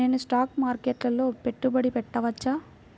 నేను స్టాక్ మార్కెట్లో పెట్టుబడి పెట్టవచ్చా?